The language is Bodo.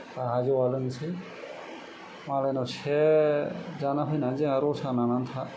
गावहा जौवा लोंनोसै मालायनाव सेब जाना फैनानै जाहा रसा नांनानै था